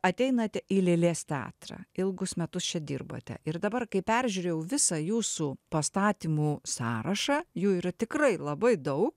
ateinate į lėlės teatrą ilgus metus čia dirbote ir dabar kai peržiūrėjau visą jūsų pastatymų sąrašą jų yra tikrai labai daug